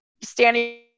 standing